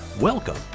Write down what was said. Welcome